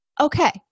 okay